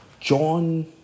John